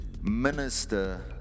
minister